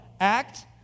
Act